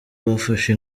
bafashe